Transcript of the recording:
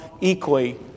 equally